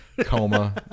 coma